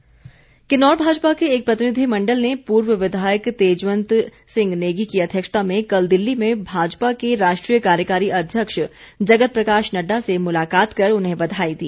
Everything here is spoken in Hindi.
प्रतिनिधिमण्डल किन्नौर भाजपा के एक प्रतिनिधि मण्डल ने पूर्व विधायक तेजवंत सिंह नेगी की अध्यक्षता में कल दिल्ली में भाजपा के राष्ट्रीय कार्यकारी अध्यक्ष जगत प्रकाश नड़डा से मुलाकात कर उन्हें बधाई दी